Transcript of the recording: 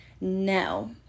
No